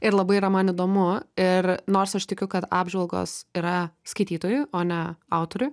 ir labai yra man įdomu ir nors aš tikiu kad apžvalgos yra skaitytojui o ne autoriui